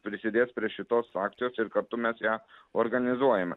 prisidės prie šitos akcijos ir kartu mes ją organizuojame